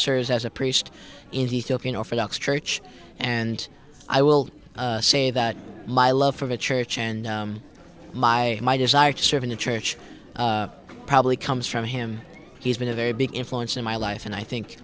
serves as a priest in the church and i will say that my love for the church and my my desire to serve in the church probably comes from him he's been a very big influence in my life and i think